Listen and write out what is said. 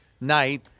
night